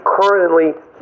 currently